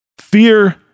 Fear